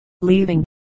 leaving